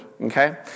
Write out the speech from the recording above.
okay